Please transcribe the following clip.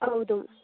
ಹೌದು